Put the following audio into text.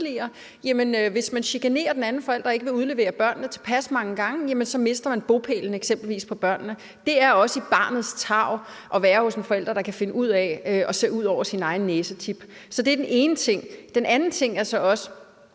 Hvis man chikanerer den anden forælder og ikke vil udlevere børnene tilpas mange gange, mister man eksempelvis bopælsretten i forhold til børnene. Det er også i barnets tarv at være hos en forælder, der kan finde ud af at se ud over sin egen næsetip. Det er den ene ting. Den anden ting er så også,